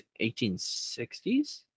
1860s